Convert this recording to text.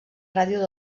ràdio